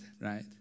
Right